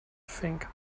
think